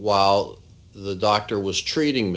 while the doctor was treating